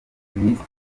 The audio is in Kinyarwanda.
minisitiri